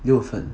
六分